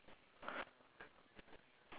how about the